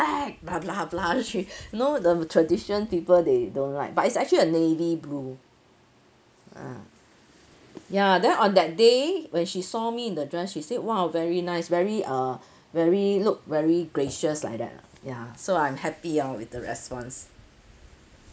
black blah blah blah she know the tradition people they don't like but it's actually a navy blue ah ya then on that day when she saw me in the dress she said !wow! very nice very err very look very gracious like that ah ya so I'm happy orh with the response